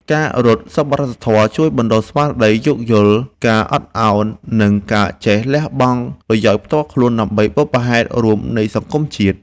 ការរត់សប្បុរសធម៌ជួយបណ្ដុះស្មារតីយោគយល់ ការអត់ឱន និងការចេះលះបង់ប្រយោជន៍ផ្ទាល់ខ្លួនដើម្បីបុព្វហេតុរួមនៃសង្គមជាតិ។